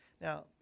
Now